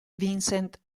vincent